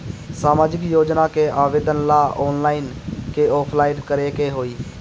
सामाजिक योजना के आवेदन ला ऑनलाइन कि ऑफलाइन करे के होई?